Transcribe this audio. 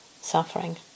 suffering